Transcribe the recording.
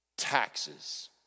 taxes